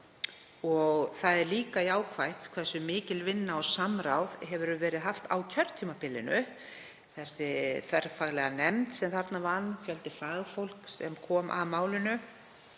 Það er líka jákvætt hversu mikið samráð hefur verið haft á kjörtímabilinu, þessi þverfaglega nefnd sem þarna vann, fjöldi fagfólks sem kom að málinu,